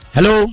Hello